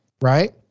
right